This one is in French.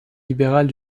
libérales